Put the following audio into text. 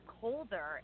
colder